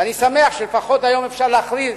ואני שמח שלפחות היום אפשר להכריז: